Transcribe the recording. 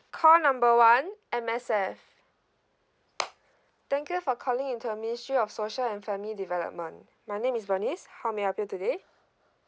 call number one M_S_F thank you for calling into ministry of social and family development my name is bernice how may I help you today